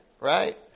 right